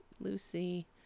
Lucy